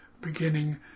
beginning